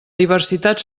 diversitat